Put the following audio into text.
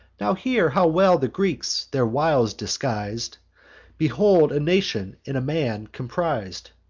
now hear how well the greeks their wiles disguis'd behold a nation in a man compris'd.